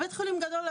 בית חולים גדול,